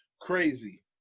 crazy